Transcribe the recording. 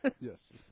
Yes